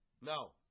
No